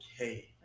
okay